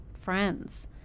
friends